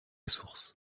source